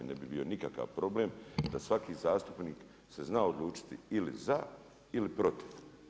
Ne bi bio nikakav problem da svaki zastupnik se zna odlučiti ili za ili protiv.